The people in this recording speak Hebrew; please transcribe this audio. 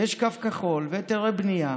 ויש קו כחול והיתרי בנייה,